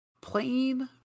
Plain